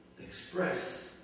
express